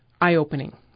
eye-opening